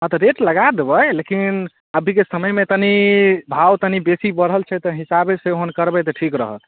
हँ तऽ रेट लगा देबै लेकिन अभीके समयमे तनी भाव तनी बेसी बढ़ल छै तऽ हिसाबे से ओहन करबै तऽ ठीक रहत